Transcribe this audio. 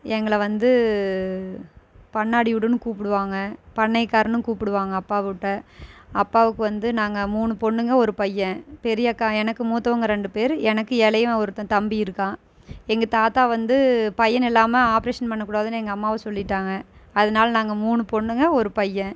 எங்களை வந்து பண்ணாடி வீடுன்னும் கூப்பிடுவாங்க பண்ணைக்காரன்னும் கூப்பிடுவாங்க அப்பா வீட்டை அப்பாவுக்கு வந்து நாங்கள் மூணு பொண்ணுங்க ஒரு பையன் பெரிய அக்கா எனக்கு மூத்தவங்க ரெண்டு பேர் எனக்கு இளையவன் ஒருத்தன் தம்பி இருக்கான் எங்கள் தாத்தா வந்து பையன் இல்லாமல் ஆப்பரேஷன் பண்ணக்கூடாதுன்னு எங்கள் அம்மாவை சொல்லிவிட்டாங்க அதனால நாங்கள் மூணு பொண்ணுங்கள் ஒரு பையன்